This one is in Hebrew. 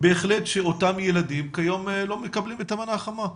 בהחלט שאותם ילדים כיום לא מקבלים את המנה החמה.